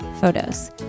photos